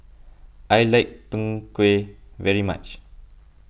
I like Png Kueh very much